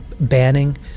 banning